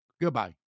Goodbye